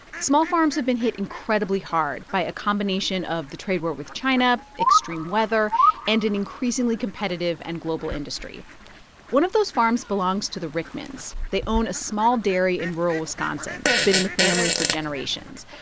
small farms have been hit incredibly hard by a combination of the trade war with china, extreme weather and an increasingly competitive and global industry one of those farms belongs to the rieckmanns. they own a small dairy in rural wisconsin. it's been in the family for generations.